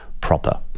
proper